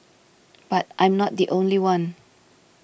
but I'm not the only one